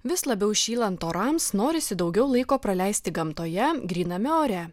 vis labiau šylant orams norisi daugiau laiko praleisti gamtoje gryname ore